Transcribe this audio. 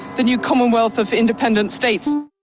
the new commonwealth of independent states.